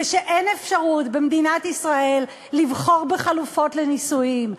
ושאין אפשרות במדינת ישראל לבחור בחלופות לנישואים,